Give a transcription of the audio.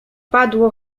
padło